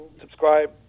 subscribe